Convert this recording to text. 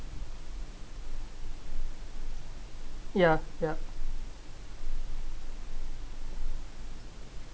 ya yup